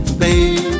baby